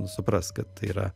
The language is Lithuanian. supras kad tai yra